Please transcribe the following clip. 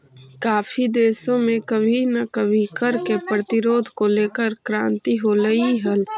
काफी देशों में कभी ना कभी कर के प्रतिरोध को लेकर क्रांति होलई हल